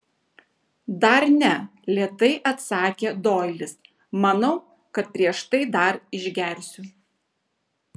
dar ne lėtai atsakė doilis manau kad prieš tai dar išgersiu